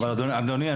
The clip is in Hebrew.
אדוני,